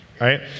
right